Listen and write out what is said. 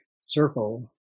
circle